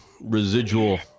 residual